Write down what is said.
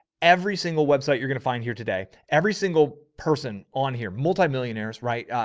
every single website you're going to find here today, every single person on here, multimillionaires, right?